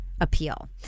appeal